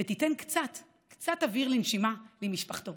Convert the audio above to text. ותיתן קצת, קצת, אוויר לנשימה למשפחתו.